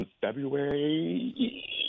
february